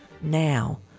Now